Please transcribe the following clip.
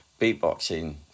beatboxing